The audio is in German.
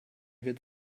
wird